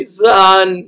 son